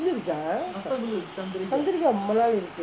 இருந்துச்சா:irunthuchaa Chandrika ரொம்ப நாள் இருக்கு:romba naal iruku